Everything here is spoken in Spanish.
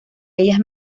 ellas